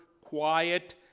quiet